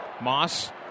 Moss